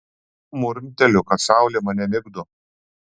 murmteliu kad saulė mane migdo